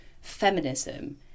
feminism